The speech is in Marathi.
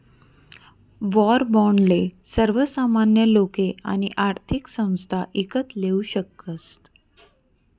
वाॅर बाॅन्डले सर्वसामान्य लोके आणि आर्थिक संस्था ईकत लेवू शकतस